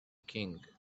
king